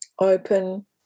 Open